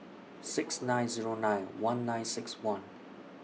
six nine Zero nine one nine six one